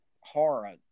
horror